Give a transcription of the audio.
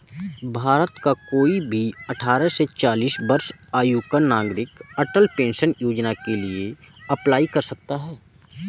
भारत का कोई भी अठारह से चालीस वर्ष आयु का नागरिक अटल पेंशन योजना के लिए अप्लाई कर सकता है